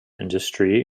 industry